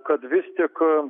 kad vis tik